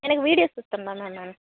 எனக்கு video shoot பண்ணுங்க ma'am